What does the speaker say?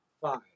Five